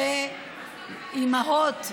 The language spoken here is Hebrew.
שאימהות,